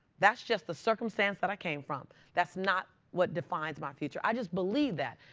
that's just the circumstance that i came from. that's not what defines my future. i just believed that.